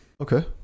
okay